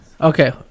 okay